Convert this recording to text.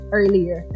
earlier